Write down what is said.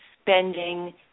spending